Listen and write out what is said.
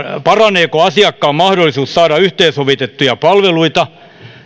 paraneeko asiakkaan mahdollisuus saada yhteensovitettuja palveluita